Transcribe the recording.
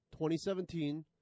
2017